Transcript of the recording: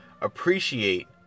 appreciate